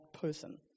person